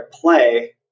play